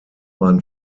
man